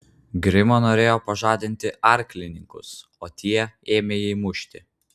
grimo norėjo pažadinti arklininkus o tie ėmė jį mušti